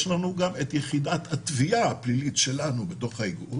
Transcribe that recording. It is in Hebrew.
שיש לנו גם את יחידת התביעה הפלילית שלנו בתוך האיגוד.